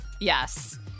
Yes